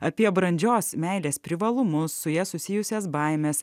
apie brandžios meilės privalumus su ja susijusias baimes